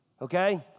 Okay